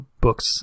books